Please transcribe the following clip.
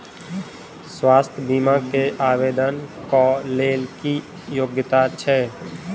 स्वास्थ्य बीमा केँ आवेदन कऽ लेल की योग्यता छै?